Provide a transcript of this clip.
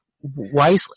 wisely